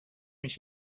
mich